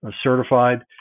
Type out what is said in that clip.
certified